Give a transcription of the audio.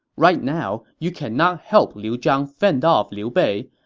right now, you cannot help liu zhang fend off liu bei,